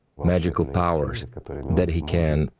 magical powers that he can.